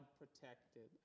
protected